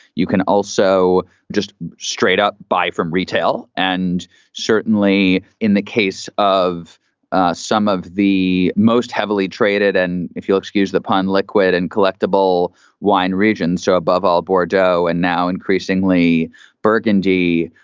you can also just straight up buy from retail and certainly in the case of some of the most heavily traded and if you'll excuse the pun, liquid and collectible wine regions so above all, bordeaux and now increasingly burgundy.